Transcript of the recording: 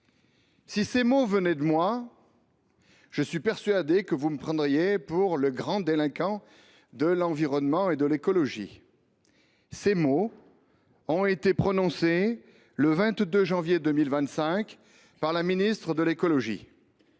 Si ces mots venaient de moi, je suis persuadé, mes chers collègues, que vous me prendriez pour un grand délinquant de l’environnement et de l’écologie… Or ils ont été prononcés le 22 janvier 2025 par la ministre de l’écologie.